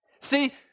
See